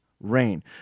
rain